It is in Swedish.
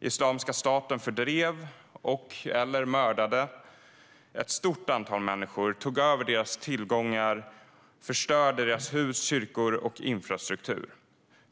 Islamiska staten fördrev och/eller mördade ett stort antal människor, tog över deras tillgångar och förstörde deras hus, kyrkor och infrastruktur.